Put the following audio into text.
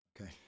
okay